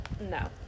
No